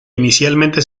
inicialmente